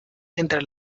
entre